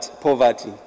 poverty